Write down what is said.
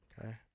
Okay